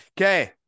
Okay